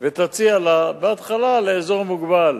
ותציע לה, בהתחלה לאזור מוגבל,